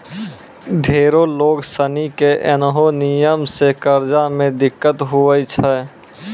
ढेरो लोग सनी के ऐन्हो नियम से कर्जा मे दिक्कत हुवै छै